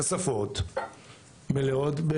כספות מלאות,